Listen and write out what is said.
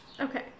Okay